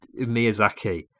miyazaki